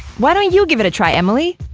why don't you give it a try, emily?